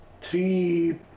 three